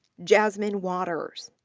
jasmine waters.